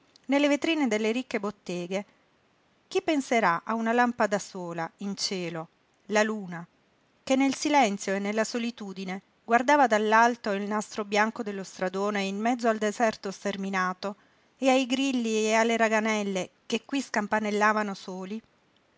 nelle vetrine delle ricche botteghe chi penserà a una lampada sola in cielo la luna che nel silenzio e nella solitudine guardava dall'alto il nastro bianco dello stradone in mezzo al deserto sterminato e ai grilli e alle raganelle che qui scampanellavano soli